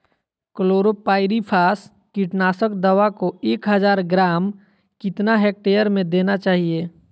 Chlorpyrifos कीटनाशक दवा को एक हज़ार ग्राम कितना हेक्टेयर में देना चाहिए?